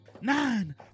nine